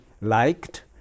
liked